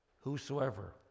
whosoever